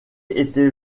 été